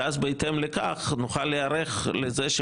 בהתאם לכך נוכל להיערך לזה,